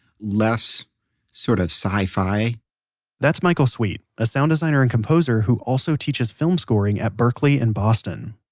less sort of sci-fi that's michael sweet, a sound designer and composer who also teaches film scoring at berklee in boston.